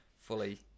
fully